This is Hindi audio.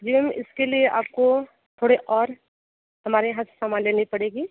जी मैम इसके लिए आपको थोड़े और हमारे यहाँ से सामान लेनी पड़ेगी